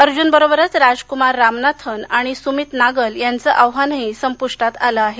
अर्जूनबरोबरच राजक्मार रामनाथन आणि सुमित नागल यांचं आव्हानही संपूष्टात आलं आहे